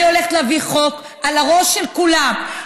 אני הולכת להביא חוק על הראש של כולם,